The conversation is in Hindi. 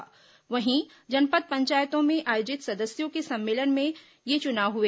सभी जनपद पंचायतों में आयोजित सदस्यों के सम्मेलन में ये चुनाव हुए